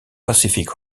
pacific